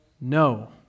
No